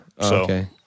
okay